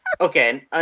okay